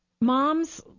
moms